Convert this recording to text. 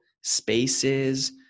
spaces